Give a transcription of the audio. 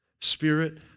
spirit